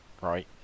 right